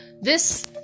this-